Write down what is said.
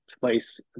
place